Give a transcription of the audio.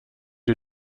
you